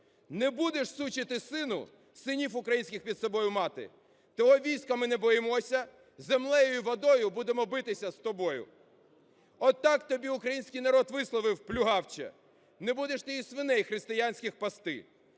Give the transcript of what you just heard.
Не будеш, сучий ти сину, синів українських під собою мати! Твого війська ми не боїмося. Землею і водою будемо битися з тобою. Отак тобі український народ висловив, плюгавче! Не будеш ти і свиней християнських пасти.